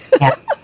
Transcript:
Yes